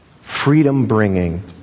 freedom-bringing